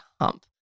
hump